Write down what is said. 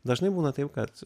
dažnai būna taip kad